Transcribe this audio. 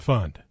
Fund